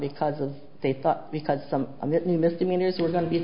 because of they thought because some new misdemeanors were going to be